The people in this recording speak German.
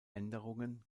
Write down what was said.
änderungen